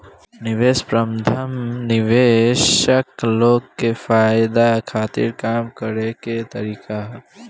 निवेश प्रबंधन निवेशक लोग के फायदा खातिर काम करे के तरीका ह